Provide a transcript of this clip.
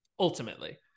Ultimately